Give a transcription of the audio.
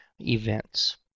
events